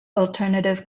alternative